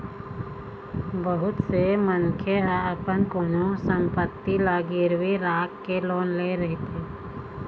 बहुत से मनखे ह अपन कोनो संपत्ति ल गिरवी राखके लोन ले रहिथे